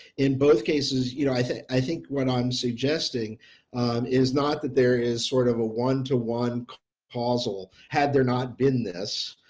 in both cases you know, i think, i think what i'm suggesting is not that there is sort of a one to one causal had there not been this,